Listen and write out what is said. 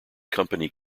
company